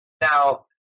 Now